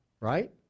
right